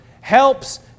helps